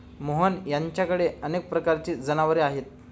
मोहन यांच्याकडे अनेक प्रकारची जनावरे आहेत